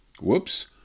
Whoops